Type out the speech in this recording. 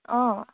অঁ